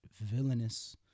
villainous